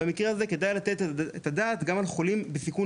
במקרה הזה כדאי לתת את הדעת גם על חולים בסיכון